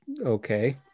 Okay